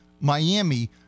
Miami